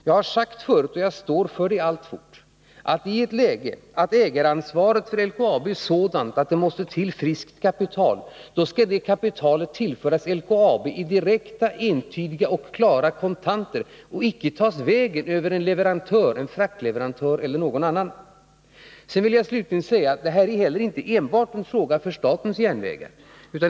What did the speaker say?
Jag har sagt förut — och jag står för det alltfort — att i ett läge där ägaransvaret för LKAB är sådant att det måste till friskt kapital skall det kapitalet tillföras LKAB direkt, entydigt och klart i kontanter och icke ta vägen över en leverantör — en fraktleverantör eller någon annan. Slutligen vill jag säga att detta inte heller enbart är en fråga för statens järnvägar.